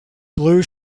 blue